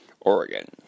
Oregon